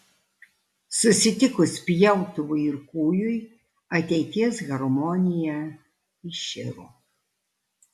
susitikus pjautuvui ir kūjui ateities harmonija iširo